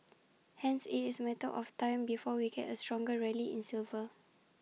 hence IT is A matter of time before we get A stronger rally in silver